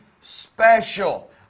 special